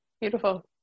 Beautiful